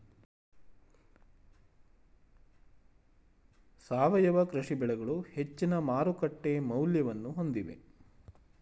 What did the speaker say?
ಸಾವಯವ ಕೃಷಿ ಬೆಳೆಗಳು ಹೆಚ್ಚಿನ ಮಾರುಕಟ್ಟೆ ಮೌಲ್ಯವನ್ನು ಹೊಂದಿವೆ